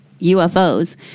UFOs